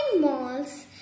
malls